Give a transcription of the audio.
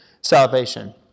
salvation